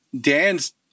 Dan's